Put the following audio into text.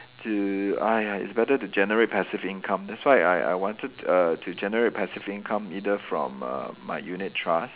to !aiya! it's better to generate passive income that's why I I wanted uh to generate passive income either from uh my unit trust